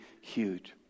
huge